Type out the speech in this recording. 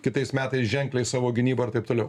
kitais metais ženkliai savo gynybą ir taip toliau